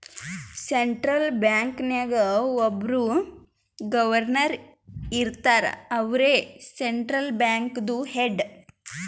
central bank ನಾಗ್ ಒಬ್ಬುರ್ governor ಇರ್ತಾರ ಅವ್ರೇ ಸೆಂಟ್ರಲ್ ಬ್ಯಾಂಕ್ದು ಹೆಡ್